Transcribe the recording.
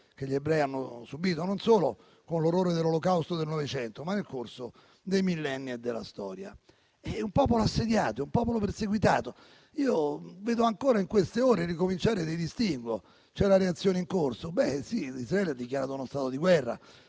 che gli ebrei hanno subito, non solo con l'orrore dell'Olocausto del Novecento, ma nel corso dei millenni e della storia. È un popolo assediato, un popolo perseguitato. Vedo ancora in queste ore ricominciare dei distinguo: c'è la reazione in corso? Beh sì, Israele ha dichiarato uno stato di guerra,